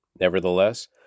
Nevertheless